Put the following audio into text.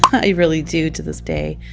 i really do to this day.